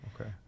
Okay